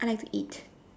I like to eat